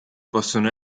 possono